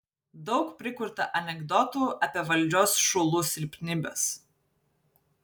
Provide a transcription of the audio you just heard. daug prikurta anekdotų apie valdžios šulų silpnybes